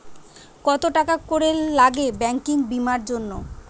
কত টাকা করে লাগে ব্যাঙ্কিং বিমার জন্য?